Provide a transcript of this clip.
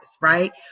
Right